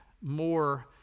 more